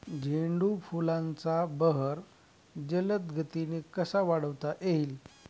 झेंडू फुलांचा बहर जलद गतीने कसा वाढवता येईल?